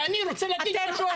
ואני רוצה להגיד משהו אחר.